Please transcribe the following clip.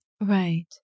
Right